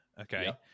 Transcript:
Okay